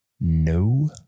No